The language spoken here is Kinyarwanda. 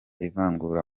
ivangura